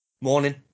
Morning